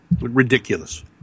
Ridiculous